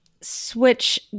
switch